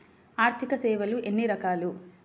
ఆర్థిక సేవలు ఎన్ని రకాలు?